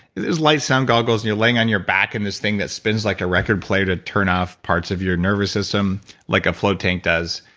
those light sound goggles and you're laying on your back in this thing that spins like a record player to turn off parts of your nervous system like a float tank does.